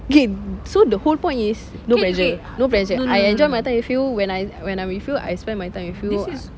okay so the whole point is no pressure no pressure I enjoy my time with you when I when I'm with you I spend my time with you